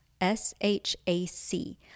S-H-A-C